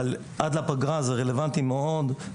אבל עד לפגרה זה רלוונטי מאוד,